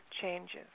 changes